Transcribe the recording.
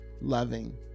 loving